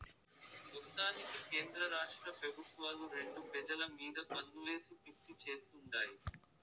మొత్తానికి కేంద్రరాష్ట్ర పెబుత్వాలు రెండు పెజల మీద పన్నులేసి పిప్పి చేత్తుండాయి